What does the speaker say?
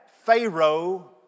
Pharaoh